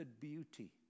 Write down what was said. beauty